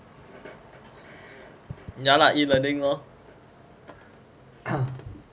ya lah E learning lor